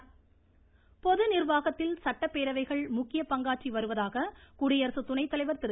வெங்கையா பொது நிர்வாகத்தில் சட்டப்பேரவைகள் முக்கிய பங்காற்றி வருவதாக குடியரசு துணை தலைவர் திரு